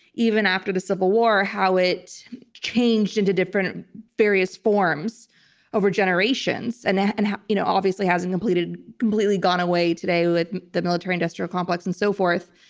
even after the civil war, how it changed into different various forms over generations, and and you know obviously hasn't completely completely gone away today with the military-industrial complex and so forth.